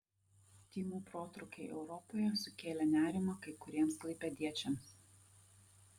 tymų protrūkiai europoje sukėlė nerimą kai kuriems klaipėdiečiams